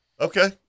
Okay